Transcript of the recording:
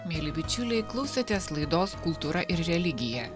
mieli bičiuliai klausotės laidos kultūra ir religija